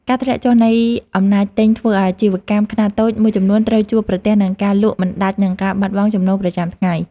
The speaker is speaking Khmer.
ការធ្លាក់ចុះនៃអំណាចទិញធ្វើឱ្យអាជីវកម្មខ្នាតតូចមួយចំនួនត្រូវជួបប្រទះនឹងការលក់មិនដាច់និងការបាត់បង់ចំណូលប្រចាំថ្ងៃ។